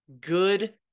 good